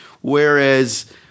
whereas